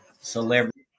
celebrity